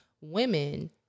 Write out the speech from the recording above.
women